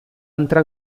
entrar